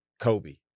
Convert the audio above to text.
Kobe